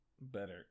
better